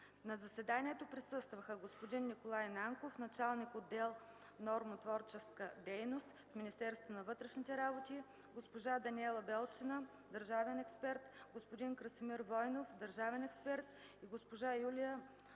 На заседанието присъстваха: господин Николай Нанков – началник-отдел „Нормотворческа дейност” в Министерството на вътрешните работи, госпожа Даниела Белчина – държавен експерт, господин Красимир Войнов – държавен експерт и госпожа Юлия